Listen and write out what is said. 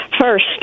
First